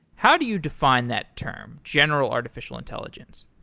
how do you define that term, general artificial intelligence?